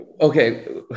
Okay